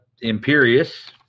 Imperious